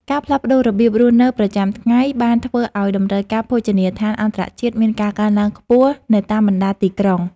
ការផ្លាស់ប្តូររបៀបរស់នៅប្រចាំថ្ងៃបានធ្វើឱ្យតម្រូវការភោជនីយដ្ឋានអន្តរជាតិមានការកើនឡើងខ្ពស់នៅតាមបណ្តាទីក្រុង។